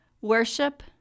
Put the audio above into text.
worship